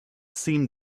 seemed